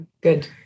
good